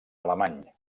alemany